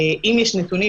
אם יש נתונים,